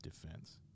defense